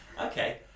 okay